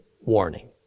warning